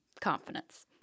confidence